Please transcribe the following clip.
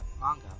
manga